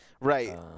right